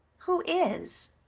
who is?